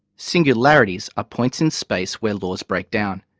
singularities are points in space where laws break down.